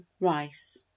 Rice